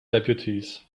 deputies